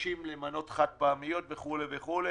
מגשים למנות חד פעמיות וכו' וכו'.